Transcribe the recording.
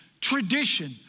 tradition